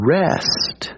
rest